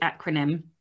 acronym